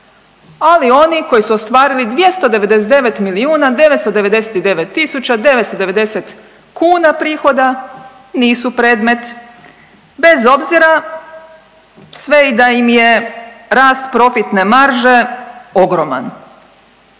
ali oni koji su ostvarili 299 milijuna 999 tisuća 990 kuna prihoda nisu predmet bez obzira sve da im je rast profitne marže ogroman,